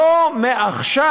זו מעכשיו,